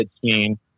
seen